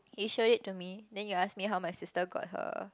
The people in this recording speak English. He showed it to me then you ask me how my sister got her